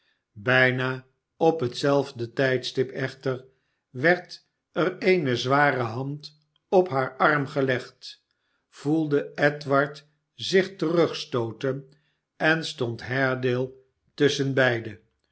bijna op hetzelfde tijdstip echter werd er eene zware hand op haar arm gelegd voelde edward zich terugstooten en stond haredale